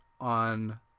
on